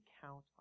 count